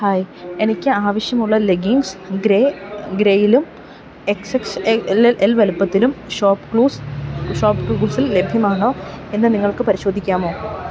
hi എനിക്ക് ആവശ്യമുള്ള leggings grey ഗ്രേയിലും X X A L L വലുപ്പത്തിലും ഷോപ്പ് ക്ലൂസ് ഷോപ്പ് ക്ലൂസിൽ ലഭ്യമാണോ എന്നു നിങ്ങൾക്ക് പരിശോധിക്കാമോ